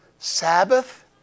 Sabbath